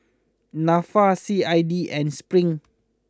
Nafa C I D and Spring